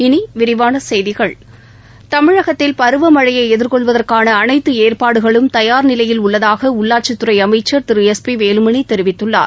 இனி விரிவான செய்திகள் தமிழகத்தில் பருவ மழையை எதிர்கொள்வதற்கான அனைத்து ஏற்பாடுகளும் தயார் நிலையில் உள்ளதாக உள்ளாட்சித் துறை அமைச்சர் திரு எஸ் பி வேலுமணி தெரிவித்துள்ளார்